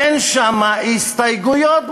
אין שם הסתייגויות בכלל.